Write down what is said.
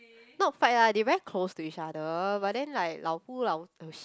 not fight lah they very close to each other but then like lao bu lao !oh shit!